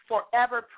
Forever